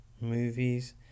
movies